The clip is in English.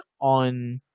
on